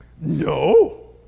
No